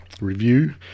Review